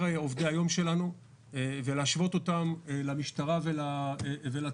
עובדי היום שלנו ולהשוות אותם למשטרה ולצבא.